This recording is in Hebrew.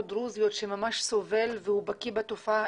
דרוזיות שהוא ממש סובל והוא בקיא בתופעה.